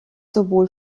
sowohl